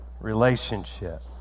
relationship